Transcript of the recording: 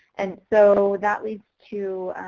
and so that leads to,